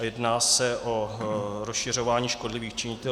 Jedná se o rozšiřování škodlivých činitelů.